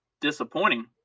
disappointing